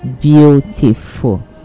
beautiful